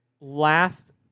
Last